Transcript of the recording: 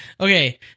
Okay